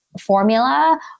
formula